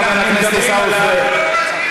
חבר הכנסת שטרן,